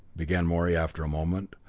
began morey after a moment,